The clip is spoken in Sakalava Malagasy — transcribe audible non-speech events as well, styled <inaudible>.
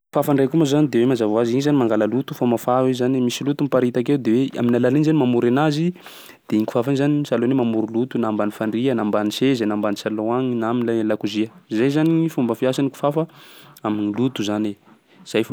Kofafa ndraiky koa moa zany de hoe mazava hoazy igny zany mangala loto, famafà io zany, misy loto miparitaka eo de hoe amin'ny alalan'igny zany mamory anazy, <noise> de iny kofafa iny zany sahalan'ny hoe mamory loto na ambany fandria na ambany seza na ambany salon agny na am'lay lakozia. Zay zany gny fomba fiasan'ny kofafa <noise> am'loto zany e, zay fo.